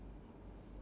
ya